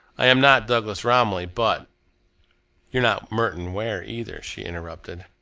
i am not douglas romilly, but you're not merton ware, either, she interrupted.